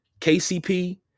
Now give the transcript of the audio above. KCP